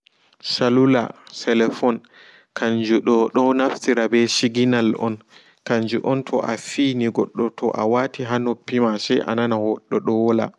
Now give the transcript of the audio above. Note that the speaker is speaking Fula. Salula celephone kanjudo do naftira ɓe siginal on toa fini goddo toa wati ha noppima se ana goddo do wola